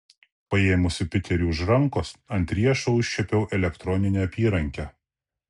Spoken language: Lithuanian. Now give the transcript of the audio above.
paėmusi piterį už rankos ant riešo užčiuopiau elektroninę apyrankę